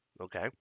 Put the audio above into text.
Okay